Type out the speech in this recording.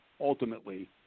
ultimately